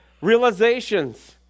realizations